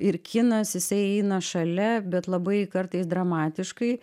ir kinas jisai eina šalia bet labai kartais dramatiškai